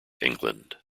england